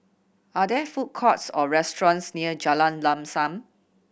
are there food courts or restaurants near Jalan Lam Sam